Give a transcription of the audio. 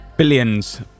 Billions